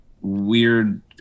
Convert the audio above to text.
weird